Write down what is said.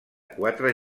quatre